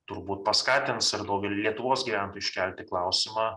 turbūt paskatins ir daugelį lietuvos gyventojų iškelti klausimą